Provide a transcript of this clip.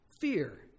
Fear